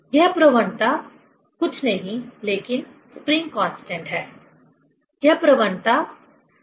यह प्रवणता कुछ नहीं लेकिन स्प्रिंग कांस्टेंट है यह प्रवणता ΔmgΔx है